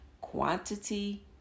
quantity